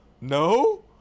no